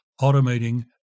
automating